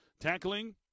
Tackling